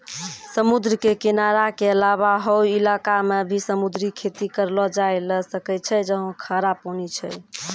समुद्र के किनारा के अलावा हौ इलाक मॅ भी समुद्री खेती करलो जाय ल सकै छै जहाँ खारा पानी छै